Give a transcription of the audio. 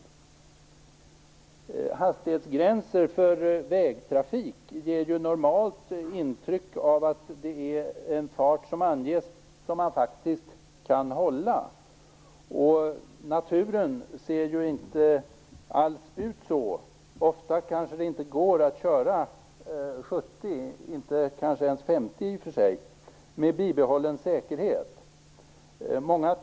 Normalt ger hastighetsgränser för vägtrafik intryck av att man faktiskt kan hålla den hastighet som anges, oavsett hur naturen ser ut. Ofta går det inte att köra i 70 kilometer i timmen eller kanske inte ens i 50 kilometer i timmen med bibehållen säkerhet.